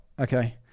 okay